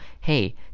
hey